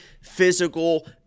physical